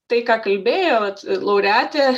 tai ką kalbėjo vat laureatė